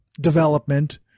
development